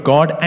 God